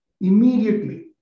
immediately